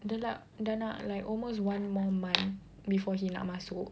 dah nak dah nak like almost one more month before he nak masuk